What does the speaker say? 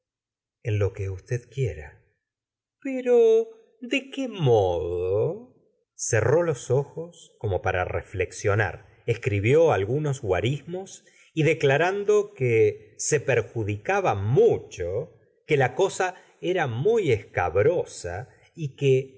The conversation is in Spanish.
en lo que usted quiera la ee ora de bovart pero de qué modo cerró los ojos como pnra reflexionar escribió algunos g uarismos y declarando que se perjudicaba mucho que la cosa era muy escabrosa y que